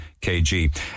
kg